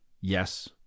Yes